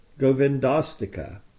Govindastika